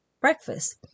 breakfast